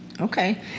Okay